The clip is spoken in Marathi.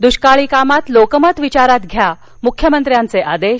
दृष्काळी कामात लोकमत विचारात घ्या मुख्यमंत्र्यांचे आदेश